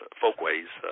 folkways